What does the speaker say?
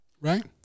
Right